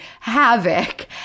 havoc